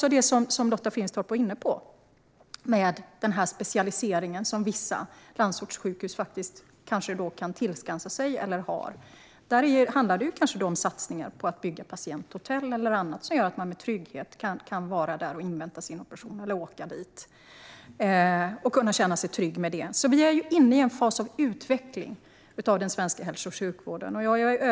När det gäller det som Lotta Finstorp var inne på - den specialisering som vissa landsortssjukhus kan tillskansa sig eller har tillskansat sig - handlar det om satsningar på att bygga patienthotell eller annat som gör att man kan åka dit och invänta sin operation och känna sig trygg med det. Vi är inne i en fas av utveckling av den svenska hälso och sjukvården.